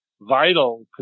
vital